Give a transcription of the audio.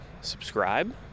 subscribe